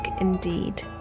indeed